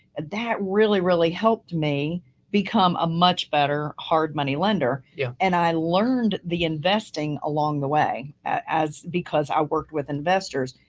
that really, really helped me become a much better hard money lender yeah and i learned the investing along the way as, because i worked with investors.